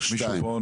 שניים.